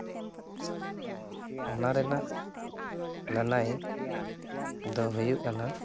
ᱚᱱᱟ ᱨᱮᱱᱟᱜ ᱞᱟᱹᱱᱟᱹᱭ ᱫᱚ ᱦᱩᱭᱩᱜ ᱠᱟᱱᱟ